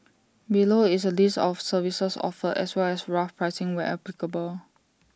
below is A list of services offered as well as rough pricing where applicable